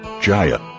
Jaya